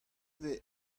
vez